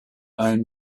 own